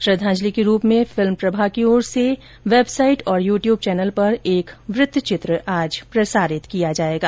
श्रद्वांजलि के रूप में फिल्म प्रभाग की ओर से वेबसाइट और यू ट्यूब चैनल पर एक वृत्तचित्र प्रसारित किया जाएगा